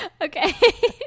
Okay